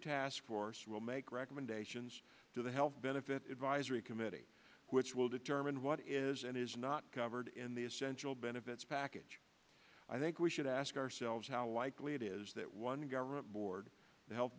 task force will make recommendations to the health benefit advisory committee which will determine what is and is not covered in the essential benefits package i think we should ask ourselves how likely it is that one government board the health